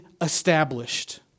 established